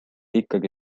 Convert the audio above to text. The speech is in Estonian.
ikkagi